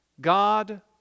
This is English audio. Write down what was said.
God